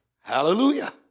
hallelujah